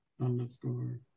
Underscore